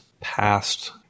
past